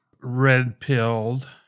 red-pilled